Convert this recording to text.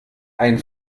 ein